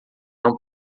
não